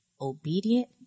obedient